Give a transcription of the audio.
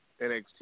NXT